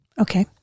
Okay